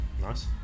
nice